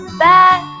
back